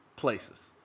places